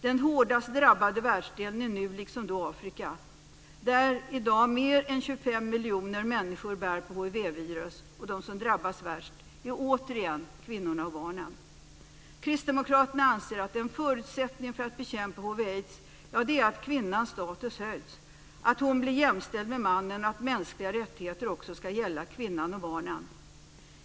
Den hårdast drabbade världsdelen är nu liksom då Afrika, där i dag mer än 25 miljoner människor bär på hiv. De som drabbats värst är återigen kvinnorna och barnen. Kristdemokraterna anser att en förutsättning för att bekämpa hiv/aids är att kvinnans status höjs, att hon blir jämställd med mannen och att mänskliga rättigheter också ska gälla kvinnan och barnen.